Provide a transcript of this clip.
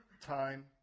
time